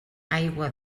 aigua